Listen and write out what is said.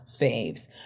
faves